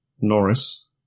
Norris